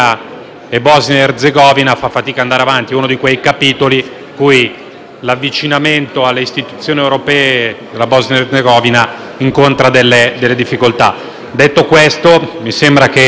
e Bosnia ed Erzegovina fa fatica ad andare avanti. Si tratta di uno di quei capitoli in cui l'avvicinamento alle istituzioni europee della Bosnia ed Erzegovina incontra delle difficoltà. Detto questo, mi sembra che